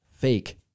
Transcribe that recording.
fake